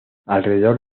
alrededor